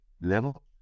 level